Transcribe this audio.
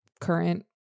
current